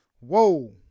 Whoa